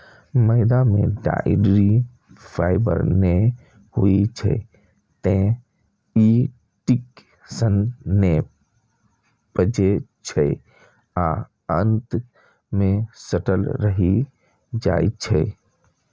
मैदा मे dietary fibre नै होइ छै, तें ई ठीक सं नै पचै छै आ आंत मे सटल रहि जाइ छै